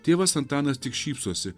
tėvas antanas tik šypsosi